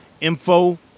info